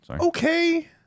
Okay